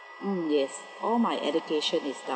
mm yes all my education is